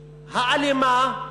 האלימה,